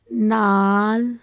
ਨਾਲ